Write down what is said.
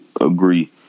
agree